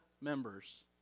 members